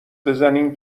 بزنین